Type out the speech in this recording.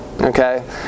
Okay